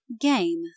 Game